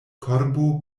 korbo